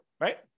right